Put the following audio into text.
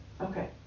okay